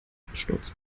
absturz